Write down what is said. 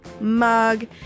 mug